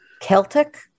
Celtic